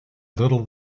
little